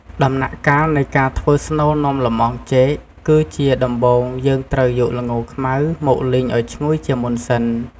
ដំណាក់កាលនៃការធ្វើស្នូលនំលម្អងចេក គឺជាដំបូងយើងត្រូវយកល្ងខ្មៅមកលីងឱ្យឈ្ងុយជាមុនសិន។